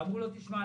ואמרו לו: תשמע,